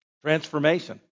transformation